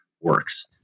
works